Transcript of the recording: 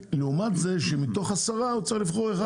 זאת לעומת זה שמתוך עשרה הוא צריך לבחור אחד.